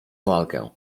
walkę